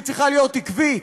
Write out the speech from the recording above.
שהיא צריכה להיות עקבית.